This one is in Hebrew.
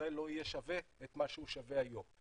ישראל לא יהיה שווה את מה שהוא שווה היום.